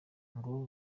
ngo